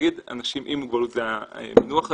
אנשים עם מוגבלות זה המינוח היום,